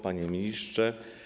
Panie Ministrze!